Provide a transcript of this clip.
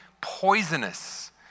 poisonous